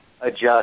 adjust